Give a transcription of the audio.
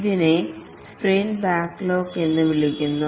ഇതിനെ sprint backlog എന്ന് വിളിക്കുന്നു